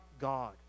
God